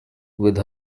with